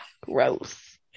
Gross